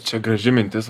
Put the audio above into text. čia graži mintis